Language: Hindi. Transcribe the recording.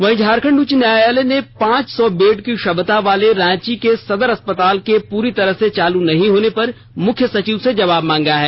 वहीं झारखंड उच्च न्यायालय ने पांच सौ बेड की क्षमता वाले रांची के सदर अस्पताल के पूरी तरह से चालू नहीं होने पर मुख्य सचिव से जवाब मांगा है